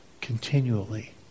continually